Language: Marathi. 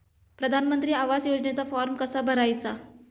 प्रधानमंत्री आवास योजनेचा फॉर्म कसा भरायचा?